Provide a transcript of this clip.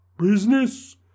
Business